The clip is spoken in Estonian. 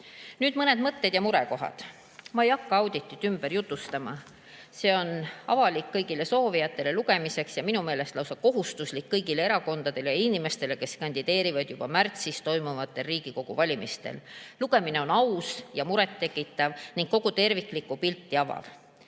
Nüüd mõned mõtted ja murekohad. Ma ei hakka auditit ümber jutustama, see on avalik, kõigile soovijatele lugemiseks, ja minu meelest lausa kohustuslik kõigile erakondadele ja inimestele, kes kandideerivad juba märtsis toimuvatel Riigikogu valimistel. Lugemine on aus ja murettekitav ning kogu terviklikku pilti